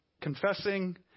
Confessing